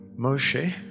Moshe